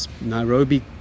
Nairobi